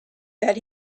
that